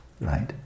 right